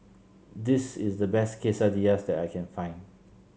this is the best Quesadillas that I can find